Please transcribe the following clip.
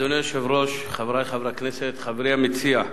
אדוני היושב-ראש, חברי חברי הכנסת, חברי המציע,